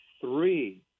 three